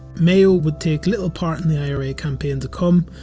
mayo would take little part in the ira campaign to come,